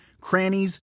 crannies